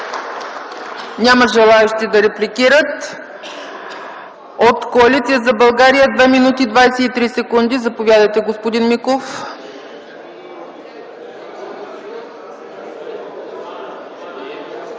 Няма желаещи да репликират. От Коалиция за България – 2 минути и 23 секунди. Заповядайте, господин Миков.